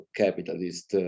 capitalist